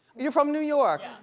you're from new york?